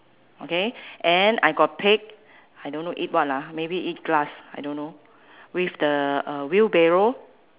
okay and I got pig I don't know eat what lah maybe eat grass I don't know with the uh wheelbarrow